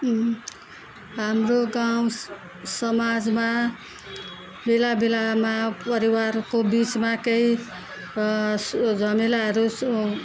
हाम्रो गाउँ समाजमा बेला बेलामा परिवारको बिचमा केही झमेलाहरू सु